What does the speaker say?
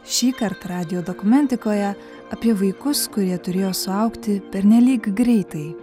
šįkart radijo dokumentikoje apie vaikus kurie turėjo suaugti pernelyg greitai